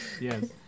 Yes